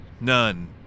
None